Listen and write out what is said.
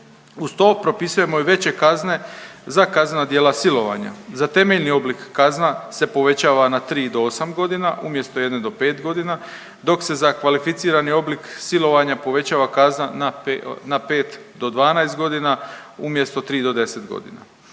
Uz to propisujemo i veće kazne za kaznena djela silovanja. Za temeljni oblik kazna se povećava na 3 do 8 godina umjesto 1 do 5 godina, dok se za kvalificirani oblik silovanja povećava kazna na 5 do 12 umjesto 3 do 10 godina.